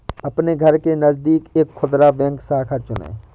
अपने घर के नजदीक एक खुदरा बैंक शाखा चुनें